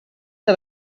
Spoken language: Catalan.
que